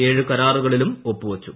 ഏഴ് കരാറുകളിലും ഒപ്പു വച്ചു